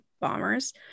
bombers